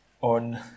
on